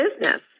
business